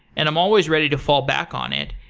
and i'm always ready to fall back on it.